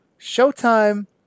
showtime